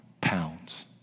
pounds